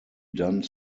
done